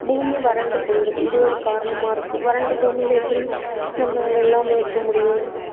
பூமி வறண்டு போயிடுது இது ஒரு காரணமாக இருக்குது வறண்ட பூமியில் எப்படி நம்ம வெள்ளாமை வைக்க முடியும்